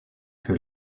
que